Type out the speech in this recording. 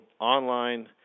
online